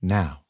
now